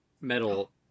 metal